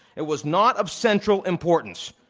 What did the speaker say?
it was not of central importance,